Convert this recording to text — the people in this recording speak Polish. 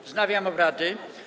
Wznawiam obrady.